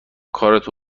کارتو